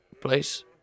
place